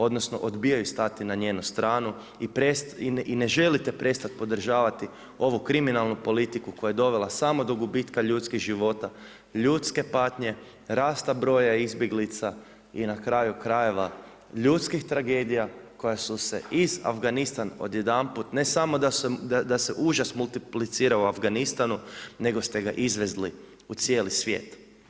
Odnosno odbijaju stati na njenu stranu i ne želite prestati podržavati ovu kriminalnu politiku koja je dovela samo do gubitka ljudskih života, ljudske patnje, rasta broja izbjeglica i na kraju krajeva, ljudskih tragedija koja su se iz Afganistan odjedanput, ne samo da su užas multiplicira u Afganistanu, nego ste ga izvezli u cijeli svijet.